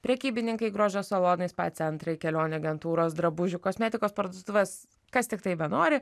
prekybininkai grožio salonai spa centrai kelionių agentūros drabužių kosmetikos parduotuvės kas tiktai benori